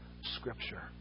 Scripture